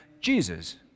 Jesus